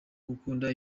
gukunda